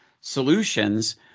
solutions